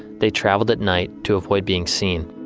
they traveled at night to avoid being seen.